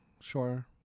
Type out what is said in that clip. sure